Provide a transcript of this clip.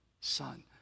son